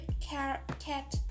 cat